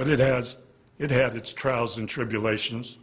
but it has it had its trials and tribulations